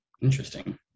Interesting